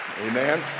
amen